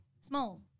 Small